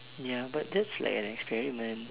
ya but that's like an experiment